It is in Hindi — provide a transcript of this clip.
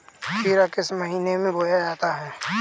खीरा किस महीने में बोया जाता है?